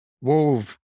wove